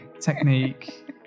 technique